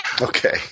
Okay